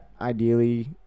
ideally